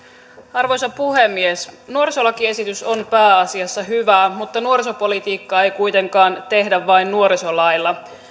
arvoisa puhemies nuorisolakiesitys on pääasiassa hyvä mutta nuorisopolitiikkaa ei kuitenkaan tehdä vain nuorisolailla